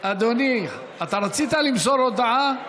אתה רצית למסור הודעה?